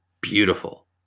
beautiful